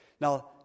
Now